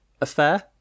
affair